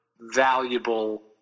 valuable